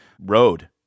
road